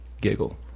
Giggle